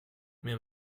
mir